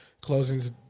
closing's